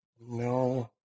No